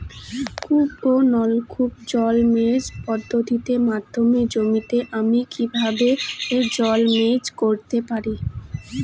কূপ ও নলকূপ জলসেচ পদ্ধতির মাধ্যমে জমিতে আমি কীভাবে জলসেচ করতে পারি?